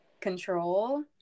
control